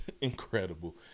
incredible